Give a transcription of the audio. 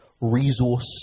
resource